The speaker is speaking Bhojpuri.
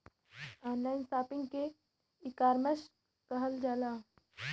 ऑनलाइन शॉपिंग के ईकामर्स कहल जाला